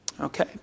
Okay